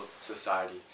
society